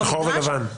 שחור ולבן.